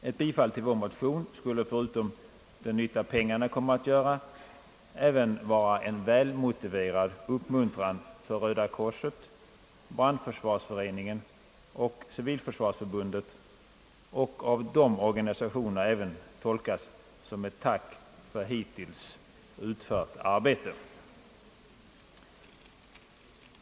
Ett bifall till vår motion skulle, förutom den nytta pengarna kommer att göra, även vara en välmotiverad uppmuntran för Röda korset, Brandförsvarsföreningen och Civilförsvarsförbundet, och av dessa organisationer även tolkas som ett tack för hittills utfört arbete.